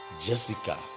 Jessica